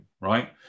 right